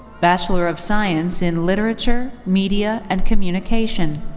bachelor of science in literature, media, and communication.